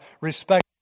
Respect